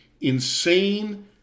insane